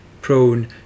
prone